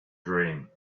dream